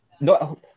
No